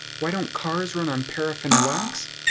why don't cars run on paraffin wax?